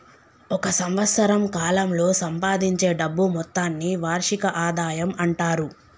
ఒక సంవత్సరం కాలంలో సంపాదించే డబ్బు మొత్తాన్ని వార్షిక ఆదాయం అంటారు